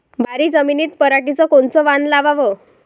भारी जमिनीत पराटीचं कोनचं वान लावाव?